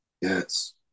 Yes